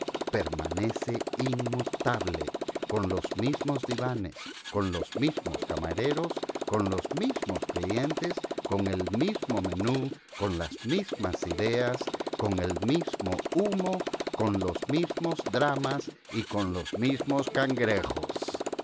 permanece inmutable con los mismos divanes con los mismos camareros con los mismos clientes con el mismo menu con las mismas ideas con el mismo humo con los mismos dramas y con los mismos cangrejos iii